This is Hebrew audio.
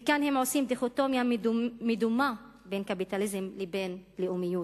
וכאן הם עושים דיכוטומיה מדומה בין קפיטליזם לבין לאומיות.